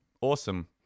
Awesome